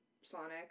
sonic